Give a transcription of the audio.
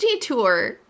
tour